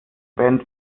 band